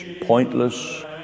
pointless